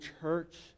church